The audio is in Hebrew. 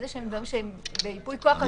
דברים שהם בייפוי כוח,